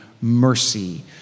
mercy